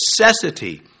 necessity